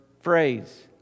phrase